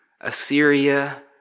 Assyria